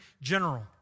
general